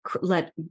let